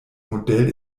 modell